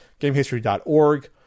GameHistory.org